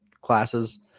classes